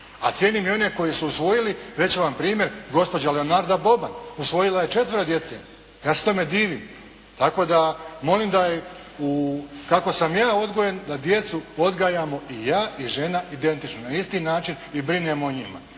A cijenim i one koji su usvojili. Reći ću vam primjer: gospođa Leonarda Boban usvojila je četvero djece. Ja se tome divim. Tako da molim da i u, kako sam ja odgojen da djecu odgajamo i ja i žena identično na isti način i brinemo o njima.